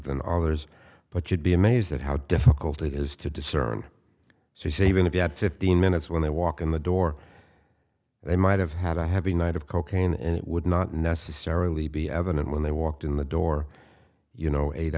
than others but you'd be amazed at how difficult it is to discern so you say even if you had fifteen minutes when they walk in the door they might have had a heavy night of cocaine and it would not necessarily be evident when they walked in the door you know eight